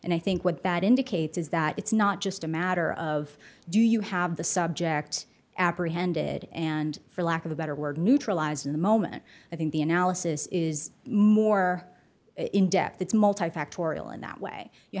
and i think what that indicates is that it's not just a matter of do you have the subject apprehended and for lack of a better word neutralized in the moment i think the analysis is more in depth it's multi factorial in that way you